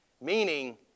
Meaning